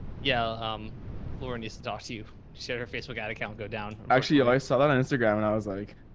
yeah um lauren needs to talk to you. she had her facebook ad account go down. but ah i saw that on instagram and i was like,